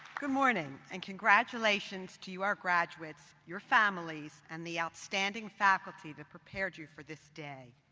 good morning and congratulations to your graduates, your families, and the outstanding faculty that prepared you for this day.